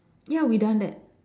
ya we done that